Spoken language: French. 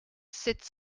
sept